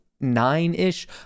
nine-ish